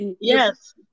Yes